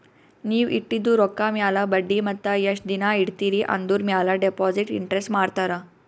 ನೀವ್ ಇಟ್ಟಿದು ರೊಕ್ಕಾ ಮ್ಯಾಲ ಬಡ್ಡಿ ಮತ್ತ ಎಸ್ಟ್ ದಿನಾ ಇಡ್ತಿರಿ ಆಂದುರ್ ಮ್ಯಾಲ ಡೆಪೋಸಿಟ್ ಇಂಟ್ರೆಸ್ಟ್ ಮಾಡ್ತಾರ